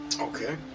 Okay